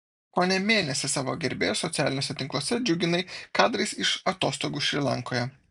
kone mėnesį savo gerbėjus socialiniuose tinkluose džiuginai kadrais iš atostogų šri lankoje